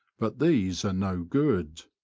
but these are no good.